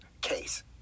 case